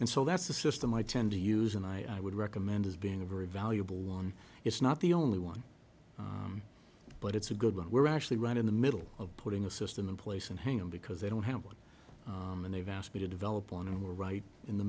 and so that's the system i tend to use and i would recommend as being a very valuable one it's not the only one but it's a good one we're actually right in the middle of putting a system in place and hang on because they don't have one and they've asked me to develop one and we're right in the